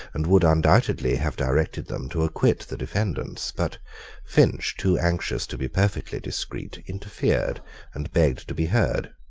and would undoubtedly have directed them to acquit the defendants but finch, too anxious to be perfectly discreet, interfered, and begged to be heard.